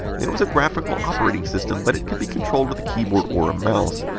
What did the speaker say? it was a graphical operating system but it could be controlled with a keyboard or ah mouse.